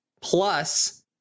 Plus